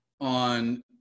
on